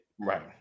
Right